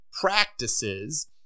practices